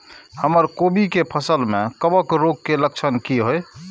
हमर कोबी के फसल में कवक रोग के लक्षण की हय?